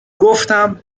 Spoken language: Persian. گفتم